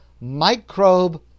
microbe